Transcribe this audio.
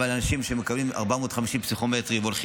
אבל אנשים שמקבלים 450 בפסיכומטרי והולכים